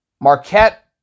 Marquette